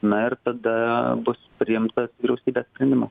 na ir tada bus priimtas vyriausybės sprendimas